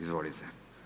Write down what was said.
Izvolite.